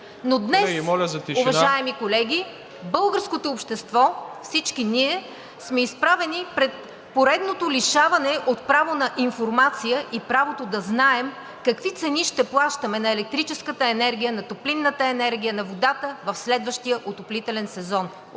Но днес, уважаеми колеги, българското общество – всички ние сме изправени пред поредното лишаване от право на информация и правото да знаем какви цени ще плащаме на електрическата енергия, на топлинната енергия, на водата в следващия отоплителен сезон